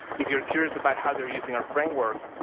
if you're curious about how they're using our framework,